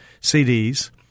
CDs